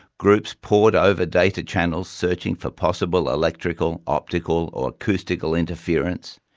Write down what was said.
groups poured over data channels searching for possible electrical, optical or acoustical interference.